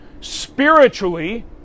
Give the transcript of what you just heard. spiritually